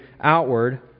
outward